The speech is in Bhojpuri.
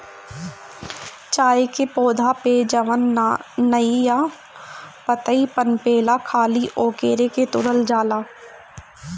चाय के पौधा पे जवन नया पतइ पनपेला खाली ओकरे के तुरल जाला